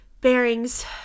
bearings